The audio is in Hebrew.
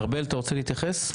ארבל, אתה רוצה להתייחס?